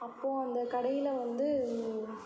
அப்போது அந்த கடையில் வந்து